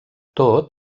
tot